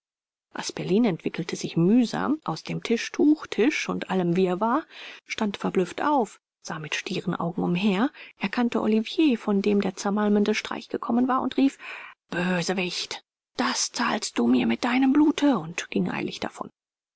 asperlin entwickelte sich mühsam aus tischtuch tisch und allem wirrwarr stand verblüfft auf sah mit stieren augen umher erkannte olivier von dem der zermalmende streich gekommen war und rief bösewicht das zahlst du mir mit deinem blute und ging eilig davon